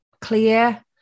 clear